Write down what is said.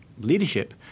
leadership